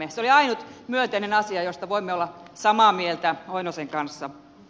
se oli ainut myönteinen asia josta voimme olla samaa mieltä oinosen kanssa